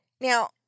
now